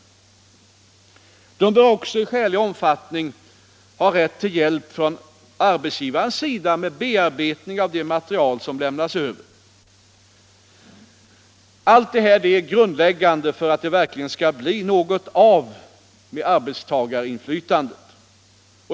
Arbetstagarparten bör också i skälig omfattning ha rätt till hjälp från arbetsgivarens sida med bearbetning av det material som lämnas över. Allt det här är grundläggande för att det verkligen skall bli något av med arbetstagarinflytandet.